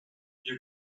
you